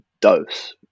dose